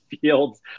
fields